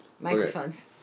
microphones